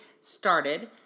started